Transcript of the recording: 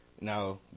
Now